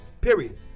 Period